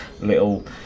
little